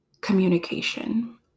communication